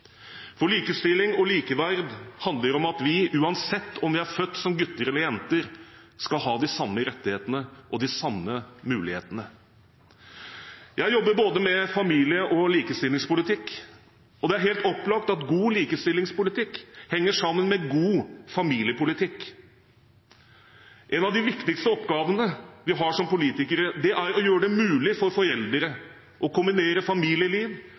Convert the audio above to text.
Likestilling og likeverd handler om at vi uansett om vi er født som gutter eller jenter, skal ha de samme rettighetene og de samme mulighetene. Jeg jobber både med familie- og likestillingspolitikk, og det er helt opplagt at god likestillingspolitikk henger sammen med god familiepolitikk. En av de viktigste oppgavene vi har som politikere, er å gjøre det mulig for foreldre å kombinere familieliv